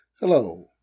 Hello